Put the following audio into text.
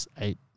eight